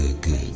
good